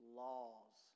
laws